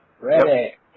Ready